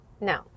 No